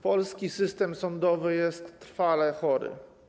Polski system sądowy jest trwale chory.